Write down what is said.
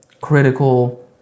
critical